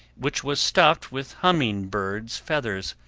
which was stuffed with humming-birds' feathers,